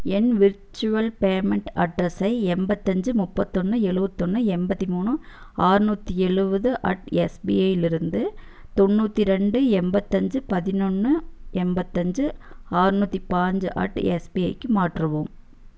என் virtual payment அட்ரஸை எண்பத்தஞ்சு முப்பத்தொன்று ஏழுபத்தொன்னு எண்பத்திமூணு ஆர்நூற்றி எழுபது அட் எஸ்பிஐலிருந்து தொண்ணூற்றிரெண்டு எண்பத்தஞ்சு பதினொன்று எண்பத்தஞ்சு ஆர்நூற்றி பாஞ்சு அட் எஸ்பிஐக்கு மாற்றவும்